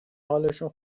حالشون